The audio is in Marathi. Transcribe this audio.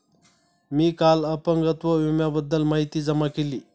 मी काल अपंगत्व विम्याबद्दल माहिती जमा केली